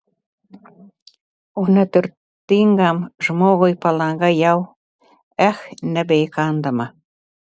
o neturtingam žmogui palanga jau ech nebeįkandama